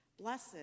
blessed